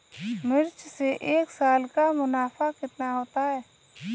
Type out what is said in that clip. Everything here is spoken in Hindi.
मिर्च से एक साल का मुनाफा कितना होता है?